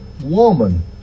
woman